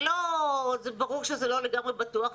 זה ברור שזה לא לגמרי בטוח,